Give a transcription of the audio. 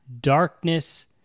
darkness